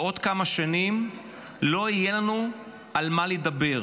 בעוד כמה שנים לא יהיה לנו על מה לדבר,